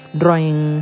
drawing